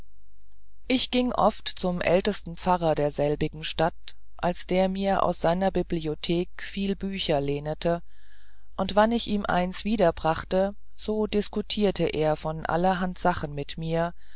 ich gieng oft zum ältesten pfarrer derselbigen stadt als der mir aus seiner bibliothek viel bücher lehnete und wann ich ihm eins wiederbrachte so diskurierte er von allerhand sachen mit mir